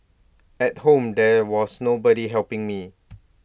at home there was nobody helping me